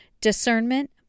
discernment